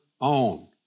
own